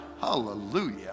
Hallelujah